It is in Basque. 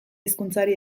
hizkuntzari